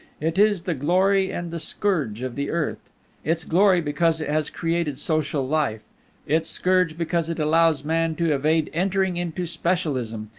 it is the glory and the scourge of the earth its glory because it has created social life its scourge because it allows man to evade entering into specialism,